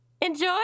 Enjoy